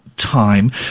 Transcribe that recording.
Time